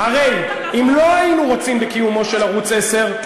הרי אם לא היינו רוצים בקיומו של ערוץ 10,